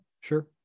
sure